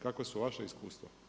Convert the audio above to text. Kakva su vaša iskustva?